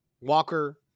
Walker